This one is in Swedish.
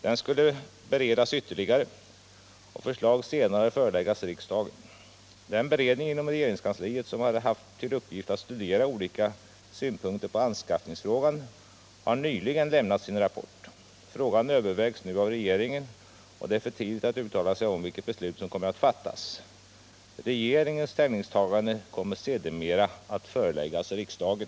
Den skulle utredas ytterligare och förslag senare föreläggas riksdagen. Den beredning inom regeringskansliet som har haft till uppgift att studera olika synpunkter på anskaffningsfrågan har nyligen lämnat sin rapport. Frågan övervägs nu av regeringen och det är för tidigt att uttala sig om vilket beslut som kommer att fattas. Regeringens ställningstagande kommer sedermera att föreläggas riksdagen.